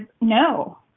no